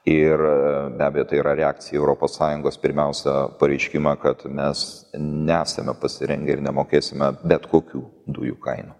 ir be abejo tai yra reakcija į europos sąjungos pirmiausia pareiškimą kad mes nesame pasirengę ir nemokėsime bet kokių dujų kainų